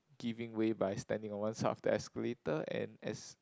giving way by standing on one side of the escalator and as